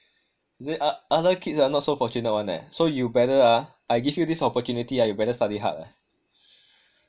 he say other kids ah not so fortunate one leh so you better ah I give you this opportunity ah you better study hard leh